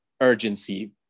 urgency